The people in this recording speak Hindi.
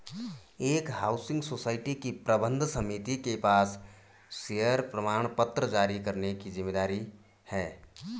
एक हाउसिंग सोसाइटी की प्रबंध समिति के पास शेयर प्रमाणपत्र जारी करने की जिम्मेदारी है